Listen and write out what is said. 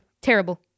terrible